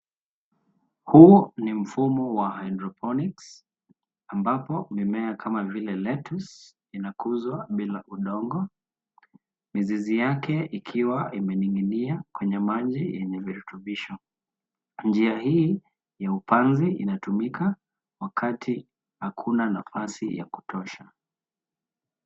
Huu ni mfumo wa (cs)hydroponics(cs), ambapo mimea kama vile (cs)lettuce(cs) inakuzwa bila udongo. Mizizi yake ikiwa imening’inia kwenye maji yenye virutubisho. Njia hii ya upanzi inatumika wakati hakuna nafasi ya kutosha.